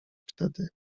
wtedy